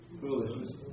foolish